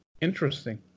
Interesting